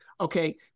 Okay